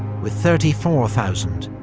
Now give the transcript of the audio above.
with thirty four thousand,